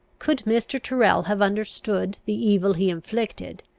could mr. tyrrel have understood the evil he inflicted,